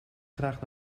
graag